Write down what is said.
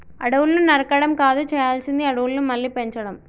అడవులను నరకడం కాదు చేయాల్సింది అడవులను మళ్ళీ పెంచడం